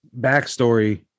backstory